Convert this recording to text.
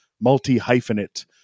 Multi-hyphenate